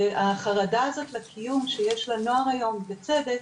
והחרדה הזאת לקיום שיש לנוער היום ובצדק,